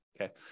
okay